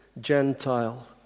Gentile